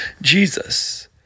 Jesus